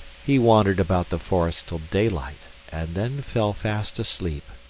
he wandered about the forest till daylight, and then fell fast asleep.